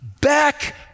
back